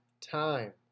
time